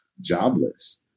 jobless